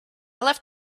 left